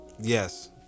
Yes